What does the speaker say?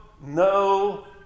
no